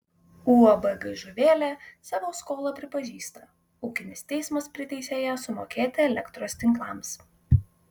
uab gaižuvėlė savo skolą pripažįsta ūkinis teismas priteisė ją sumokėti elektros tinklams